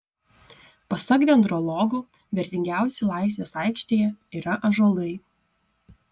pasak dendrologų vertingiausi laisvės aikštėje yra ąžuolai